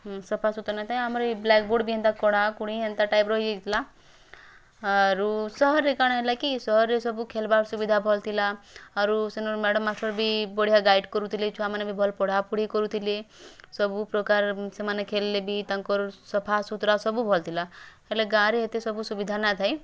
ହୁଁ ସଫାସୁତରା ନାଇଁଥାଇଁ ଆମର୍ ଇ ବ୍ଲାକବୋର୍ଡ଼୍ ବି ହେନ୍ତା କଣାକୁଣି ହେନ୍ତା ଟାଇପ୍ର ହେଇଯାଇଥିଲା ଆରୁ ସହରରେ କାଣା ହେଲା କି ସହରରେ ସବୁ ଖେଲବାର୍ ସୁବିଧା ଭଲ୍ ଥିଲା ଆରୁ ସେନୁ ମ୍ୟାଡ଼ାମ୍ ମାଷ୍ଟର୍ ବି ବଢ଼ିଆ ଗାଇଡ଼୍ କରୁଥିଲେ ଛୁଆମାନେ ବି ଭଲ୍ ପଢ଼ାପୁଢ଼ି କରୁଥିଲେ ସବୁ ପ୍ରକାର୍ ସେମାନେ ଖେଲଲେ ବି ତାଙ୍କର୍ ସଫାସୂତ୍ରା ସବୁ ଭଲ୍ ଥିଲା ହେଲେ ଗାଁରେ ହେତେ ସବୁ ସୁବିଧା ନାଁ ଥାଇଁ